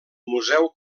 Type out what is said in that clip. museu